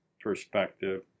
perspective